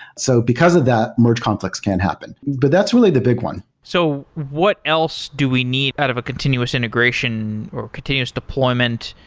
so because of that, merge conf licts can happen. but that's really the big one. so what else do we need out of a continuous integration, or continuous deployment,